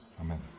Amen